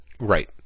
Right